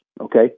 okay